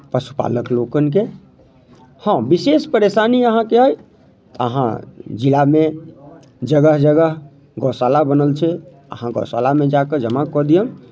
पशुपालक लोकनिकेँ हँ विशेष परेशानी अहाँके अइ तऽ अहाँ जिलामे जगह जगह गोशाला बनल छै अहाँ गोशालामे जा कऽ जमा कऽ दियौन